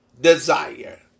desire